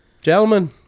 Gentlemen